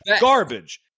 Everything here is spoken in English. garbage